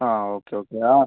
ആ okay okay ആ